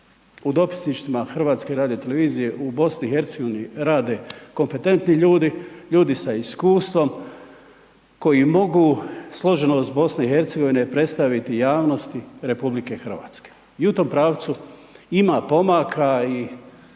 u dopisništvima HRT-a u BiH rade kompetentni ljudi, ljudi sa iskustvom koji mogu složenost BiH predstaviti javnosti RH. I u tom pravcu ima pomaka i